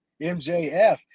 MJF